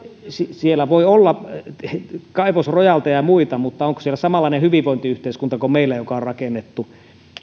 siellä voi olla kaivosrojalteja ja muita mutta onko siellä samanlainen hyvinvointiyhteiskunta kuin meillä on rakennettu